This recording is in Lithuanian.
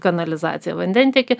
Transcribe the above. kanalizaciją vandentiekį